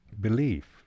belief